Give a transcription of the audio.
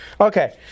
Okay